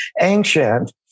ancient